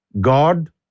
God